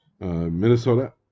Minnesota